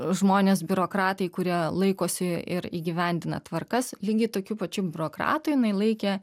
žmonės biurokratai kurie laikosi ir įgyvendina tvarkas lygiai tokiu pačiu biurokratu jinai laikė